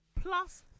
plus